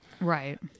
Right